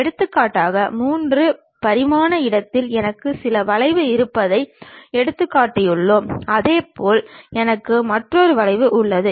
எடுத்துக்காட்டாக 3 பரிமாண இடத்தில் எனக்கு சில வளைவு இருப்பதை எடுத்துக்கொள்வோம் அதேபோல் எனக்கு மற்றொரு வளைவு உள்ளது